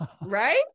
right